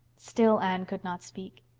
still anne could not speak.